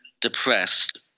depressed